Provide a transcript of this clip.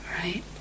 right